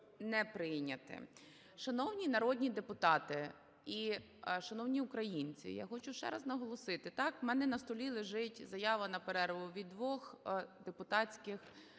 не прийняте. Шановні народні депутати і шановні українці! Я хочу ще раз наголосити. Так, у мене на столі лежить заява на перерву від двох депутатських – від